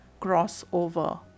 crossover